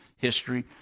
history